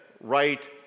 right